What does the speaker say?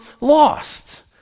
lost